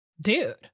Dude